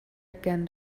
again